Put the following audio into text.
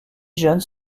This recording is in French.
jeunes